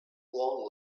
long